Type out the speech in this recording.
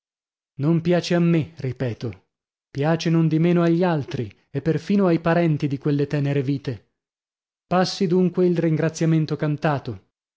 non piace a me ripeto piace nondimeno agli altri e perfino ai parenti di quelle tenere vite passi dunque il ringraziamento cantato